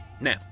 Now